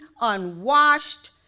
unwashed